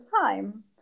time